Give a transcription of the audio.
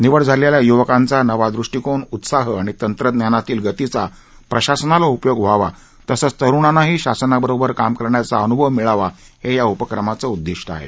निवड झालेल्या युवकांचा नवा दृष्टीकोन उत्साह आणि तंत्रज्ञानातली गतीचा प्रशासनाला उपयोग व्हावा तसंच तरुणांनाही शासनाबरोबर काम करण्याचा अनुभव मिळावा हे या उपक्रमाचं मुख्य उद्दिष्ट आहे